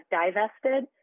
divested